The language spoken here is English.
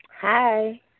Hi